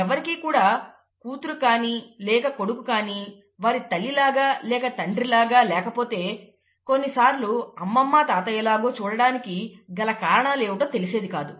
ఎవ్వరికీ కూడా కూతురు కానీ లేక కొడుకు కానీ వారి తల్లి లాగా లేక తండ్రి లాగా లేకపోతే కొన్నిసార్లు అమ్మమ్మ తాతయ్య లాగో చూడడానికి గల కారణాలు ఏమిటో తెలిసేదికాదు